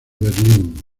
berlín